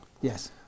Yes